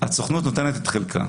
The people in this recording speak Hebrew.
הסוכנות נותנת את חלקה.